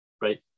Right